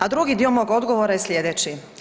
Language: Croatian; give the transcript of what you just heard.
A drugi dio mog odgovora je slijedeći.